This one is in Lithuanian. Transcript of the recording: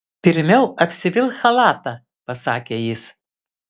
pirmiau apsivilk chalatą pasakė jis